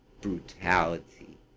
brutality